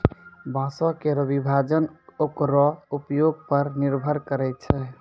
बांसों केरो विभाजन ओकरो उपयोग पर निर्भर करै छै